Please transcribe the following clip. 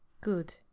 Good